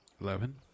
Eleven